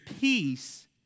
peace